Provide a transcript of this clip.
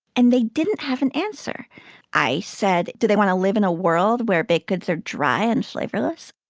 and they didn't have an answer i said, do they want to live in a world where baked goods are dry and flavorless?